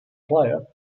player